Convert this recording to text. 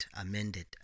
amended